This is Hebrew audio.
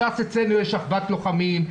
בש"ס אצלנו יש אחוות לוחמים,